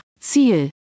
Ziel